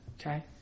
Okay